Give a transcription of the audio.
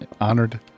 honored